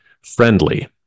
friendly